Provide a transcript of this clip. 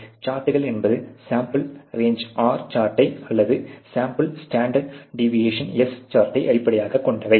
சார்ட்கள் என்பது sample range R சார்ட்டை அல்லது சாம்பிள் ஸ்டாண்டர்ட் டிவியேஷன் S சார்ட்டை அடிப்படையாக கொண்டவை